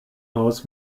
haus